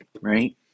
right